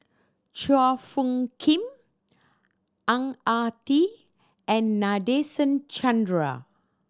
Chua Phung Kim Ang Ah Tee and Nadasen Chandra